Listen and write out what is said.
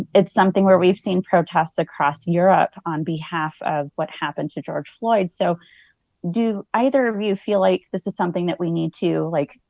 and it's something where we've seen protests across europe on behalf of what happened to george floyd. so do either of you feel like this is something that we need to, like,